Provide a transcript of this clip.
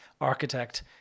architect